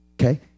Okay